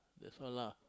that's all lah